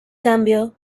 cambio